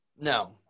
No